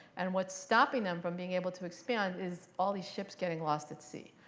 and what's stopping them from being able to expand is all these ships getting lost at sea.